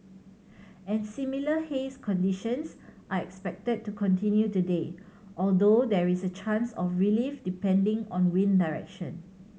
and similar haze conditions are expected to continue today although there is a chance of relief depending on wind direction